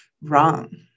wrong